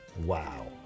wow